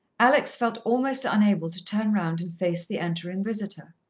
alex felt almost unable to turn round and face the entering visitor.